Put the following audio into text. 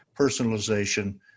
personalization